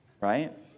right